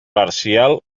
parcial